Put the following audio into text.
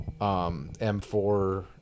M4